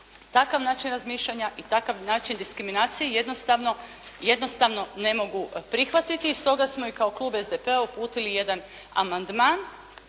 takav način razmišljanja i takav način diskriminacije jednostavno ne mogu prihvatiti i stoga smo i kao klub SDP-a uputili jedan amandman